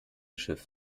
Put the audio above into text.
schiff